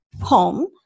home